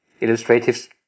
illustrative